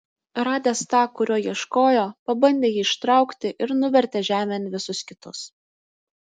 radęs tą kurio ieškojo pabandė jį ištraukti ir nuvertė žemėn visus kitus